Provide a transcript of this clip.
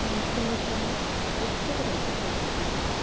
ഫ്രണ്ട്സിൻറ്റൊപ്പം cricket കളിക്കും കുറച്ചു സമയം